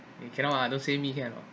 you cannot ah don't say me here oh